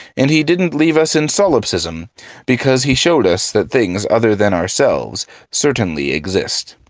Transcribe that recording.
and he didn't leave us in solipsism because he showed us that things other than ourselves certainly exist.